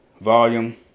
volume